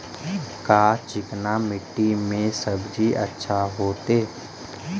का चिकना मट्टी में सब्जी अच्छा होतै?